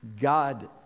God